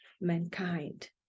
mankind